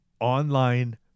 online